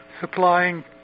supplying